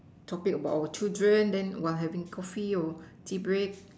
topic about our children then while having Coffee or Tea break